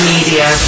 Media